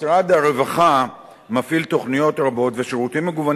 משרד הרווחה מפעיל תוכניות רבות ושירותים מגוונים